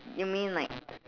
you mean like